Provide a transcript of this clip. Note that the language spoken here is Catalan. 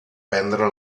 prendre